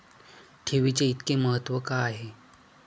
ठेवीचे इतके महत्व का आहे?